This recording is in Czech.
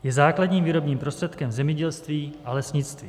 Je základním výrobním prostředkem zemědělství a lesnictví.